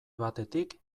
batetik